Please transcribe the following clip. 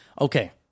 Okay